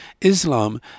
Islam